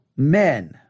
men